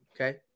Okay